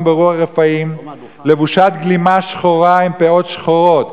ברוח רפאים לבושת גלימה שחורה עם פאות שחורות.